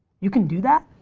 you can do that?